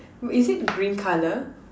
is it green colour